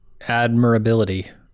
admirability